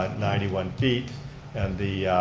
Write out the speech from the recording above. ninety one feet and the